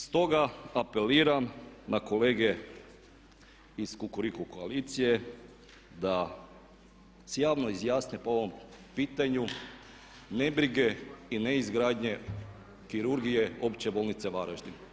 Stoga apeliram na kolege iz Kukuriku koalicije da se javno izjasne po ovom pitanju nebrige i neizgradnje kirurgije Opće bolnice Varaždin.